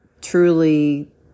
truly